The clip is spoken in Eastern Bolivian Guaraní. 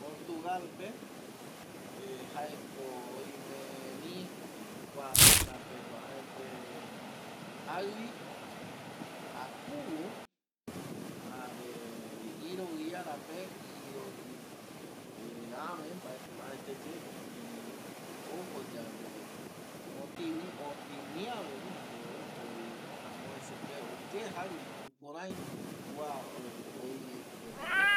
Portugal pe jaeko oime vi kua teta pe uajaete jakuvo jare iroi y ara pe iroi ave mbaeti kirei mbate erei ojo yave otini jare ojo vi amovese pe ou ye jaivi jukurei kua oi jokua teta pe